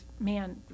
man